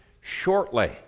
shortly